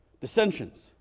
dissensions